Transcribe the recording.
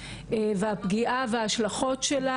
זה בדיוק הקצב שהדברים מתפתחים,